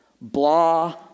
Blah